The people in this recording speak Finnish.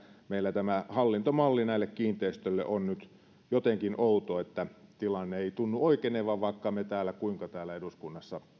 meillä tämä hallintomalli näille kiinteistöille on jotenkin outo eikä tilanne tunnu oikenevan vaikka me kuinka täällä eduskunnassa